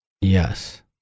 Yes